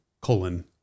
colon